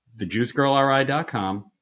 thejuicegirlri.com